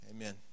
Amen